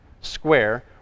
square